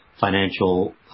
financial